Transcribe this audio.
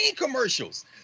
commercials